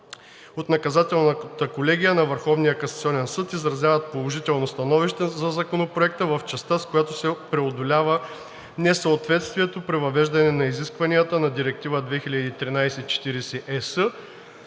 От Наказателната колегия на Върховен касационен съд изразяват положително становище за Законопроекта в частта, с която се преодолява несъответствието при въвеждане на изискванията на Директива 2013/40/ЕС